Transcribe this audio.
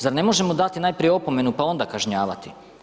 Zar ne možemo dati najprije opomenu pa onda kažnjavati?